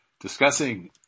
discussing